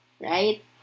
Right